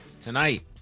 tonight